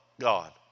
god